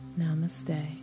namaste